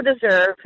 deserve